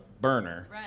burner